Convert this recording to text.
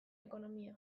ekonomia